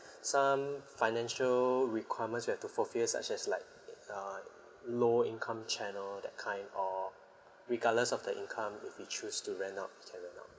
some financial requirements we have to fulfill such as like err lower income channel that kind or regardless of the income if we choose to rent out we can rent out